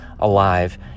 alive